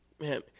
Man